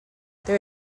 there